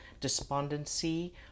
despondency